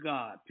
God